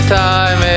time